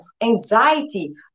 anxiety